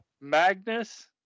Magnus